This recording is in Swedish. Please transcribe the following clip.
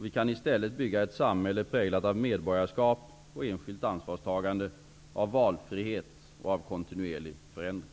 Vi kan i stället bygga ett samhälle präglat av medborgarskap och enskilt ansvarstagande, valfrihet och kontinuerlig förändring.